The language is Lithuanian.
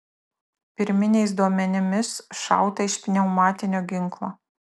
pirminiais duomenimis šauta iš pneumatinio ginklo